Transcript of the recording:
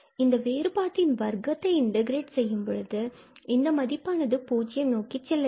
இந்த வேறுபாட்டின் வர்க்கத்தை இன்டகிரேட் செய்யும் பொழுது இந்த மதிப்பானது பூஜ்ஜியம் நோக்கி செல்ல வேண்டும்